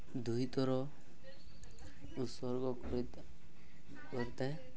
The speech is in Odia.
ଦୁଇ ଥର ଉତ୍ସର୍ଗ କରିଥାଏ